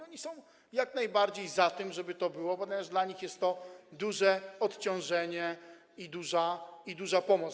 Oni jak najbardziej są za tym, żeby to było, ponieważ dla nich jest to duże odciążenie i duża pomoc.